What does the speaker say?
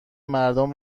مردم